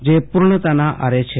જે પુર્ણતાના આરે છે